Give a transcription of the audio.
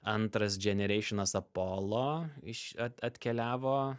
antras dženereišinas apolo iš at atkeliavo